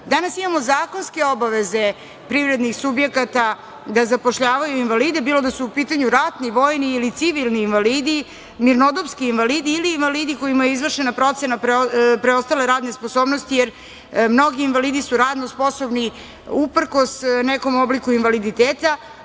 imamo zakonske obaveze privrednih subjekata da zapošljavaju invalide, bilo da su u pitanju ratni, vojni ili civilni invalidi, mirnodobski invalidi ili invalidi kojima je izvršena procena preostale radne sposobnosti, jer mnogi invalidi su radno sposobni uprkos nekom obliku invaliditeta,